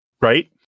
right